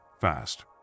fast